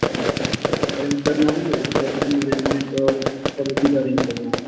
और क्लास को पूरा अरेंज करना है और उसके बाद सिटिंग अरेंजमेंट और सब उसी काे अरेंज करना है